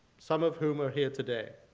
some of whom are here today.